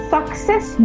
Success